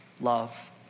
Love